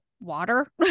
water